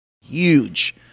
huge